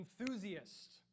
enthusiast